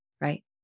right